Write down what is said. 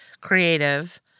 creative